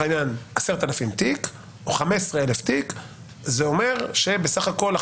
10,000 או 15,000 תיקים זה אומר שבסך הכל,